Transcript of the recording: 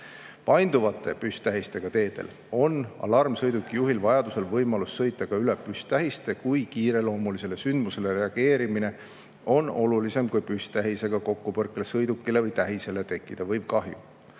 Painduvate püsttähistega teedel on alarmsõiduki juhil vajadusel võimalus sõita ka üle püsttähiste, kui kiireloomulisele sündmusele reageerimine on olulisem kui püsttähisega kokkupõrkel sõidukile või tähisele tekkida võiv kahju.